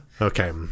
okay